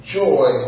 joy